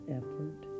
effort